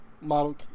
model